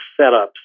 setups